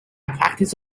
practice